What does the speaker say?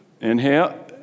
inhale